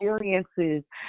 experiences